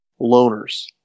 loners